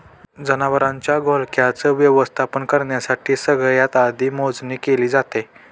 जनावरांच्या घोळक्याच व्यवस्थापन करण्यासाठी सगळ्यात आधी मोजणी केली जाते